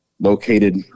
located